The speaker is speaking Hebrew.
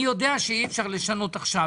אני יודע שאי אפשר לשנות עכשיו,